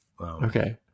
Okay